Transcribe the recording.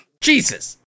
Jesus